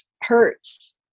hurts